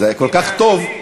זה כל כך טוב.